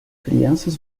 crianças